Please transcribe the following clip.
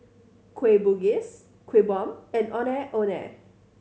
Kueh Bugis Kuih Bom and Ondeh Ondeh